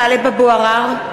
(קוראת בשמות חברי הכנסת) טלב אבו עראר,